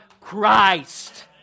Christ